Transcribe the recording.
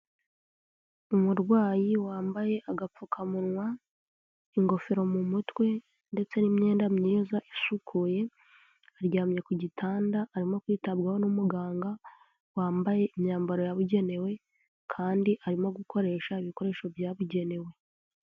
Umurwayi wambaye agapfukamunwa, ingofero mu mutwe ndetse n'imyenda myiza isukuye, aryamye ku gitanda, arimo kwitabwaho n'umuganga wambaye imyambaro yabugenewe kandi arimo gukoresha ibikoresho byabugenewe.